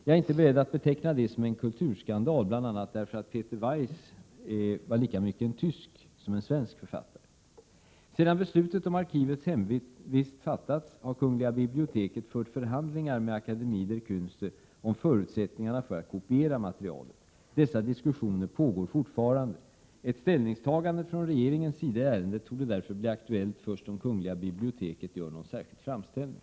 Jag är inte beredd att beteckna detta som en kulturskandal, bl.a. eftersom Peter Weiss var lika mycket tysk som svensk författare. Sedan beslut om arkivets hemvist fattats har kungliga biblioteket fört förhandlingar med Akademie der Känste om förutsättningarna för att kopiera materialet. Dessa diskussioner pågår fortfarande. Ett ställningstagande från regeringens sida i ärendet torde därför bli aktuellt först om kungliga biblioteket gör någon särskild framställning.